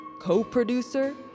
Co-producer